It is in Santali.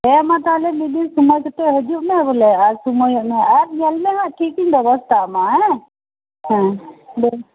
ᱦᱮᱸ ᱢᱟ ᱛᱟᱦᱚᱞᱮ ᱢᱤᱫ ᱫᱤᱱ ᱥᱳᱢᱚᱭ ᱠᱟᱛᱮᱫ ᱦᱤᱡᱩᱜ ᱢᱮ ᱵᱚᱞᱮ ᱟᱨ ᱥᱳᱢᱚᱭᱚᱜ ᱢᱮ ᱟᱨ ᱧᱮᱞ ᱢᱮᱦᱟᱜ ᱴᱷᱤᱠ ᱤᱧ ᱵᱮᱵᱚᱥᱛᱟ ᱟᱢᱟ ᱦᱮᱸ ᱦᱮᱸ ᱵᱮᱥ